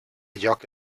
lloc